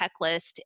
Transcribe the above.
checklist